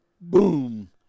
boom